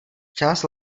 část